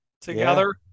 together